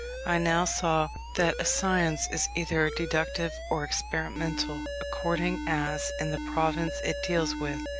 i now saw, that a science is either deductive or experimental, according as, in the province it deals with,